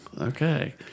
Okay